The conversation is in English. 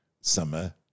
summer